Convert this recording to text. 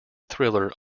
thriller